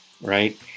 Right